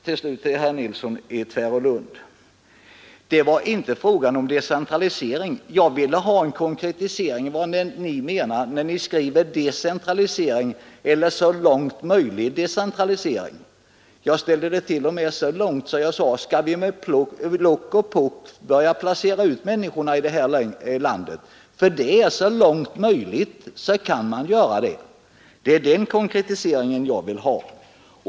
Till herr Nilsson i Tvärålund vill jag säga att vad jag önskade var att få en konkretisering av vad ni menar när ni skriver om decentralisering ”så långt möjligt”. Jag frågade t.o.m.: Skall vi med lock och pock börja placera människorna i landet? Det kan man nämligen göra ”så långt möjligt”.